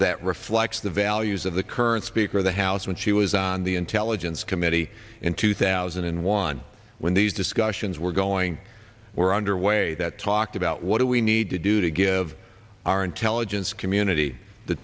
that reflects the values of the current speaker of the house when she was on the intelligence committee in two thousand and one when these discussions were going were underway that talked about what do we need to do to give our intelligence community the